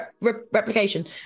replication